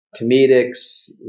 comedics